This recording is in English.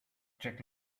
jack